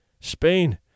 Spain